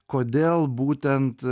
kodėl būtent